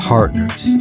Partners